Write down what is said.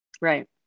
Right